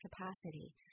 capacity